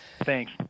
Thanks